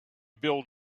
build